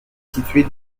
située